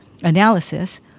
analysis